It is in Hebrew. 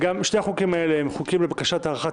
שני החוקים האלה הם חוקים לבקשת הארכת